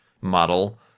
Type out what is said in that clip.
model